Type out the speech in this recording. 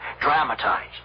Dramatize